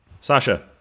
Sasha